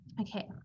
okay